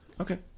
Okay